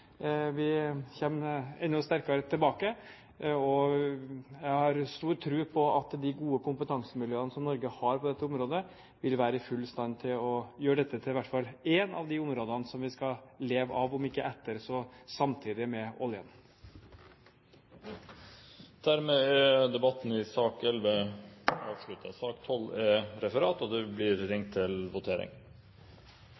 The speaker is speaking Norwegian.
Vi kommer enda sterkere tilbake. Jeg har stor tro på de gode kompetansemiljøene som Norge har på dette området, vil være i full stand til å gjøre dette til i hvert fall ett av de områdene som vi skal leve av – om ikke etter, så samtidig med oljen. Dermed er debatten i sak nr. 11 avsluttet. Vi er